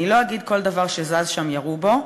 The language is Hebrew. אני לא אגיד כל דבר שזז שם ירו בו,